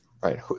Right